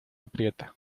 aprieta